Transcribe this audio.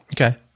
Okay